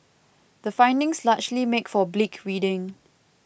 the findings largely make for bleak reading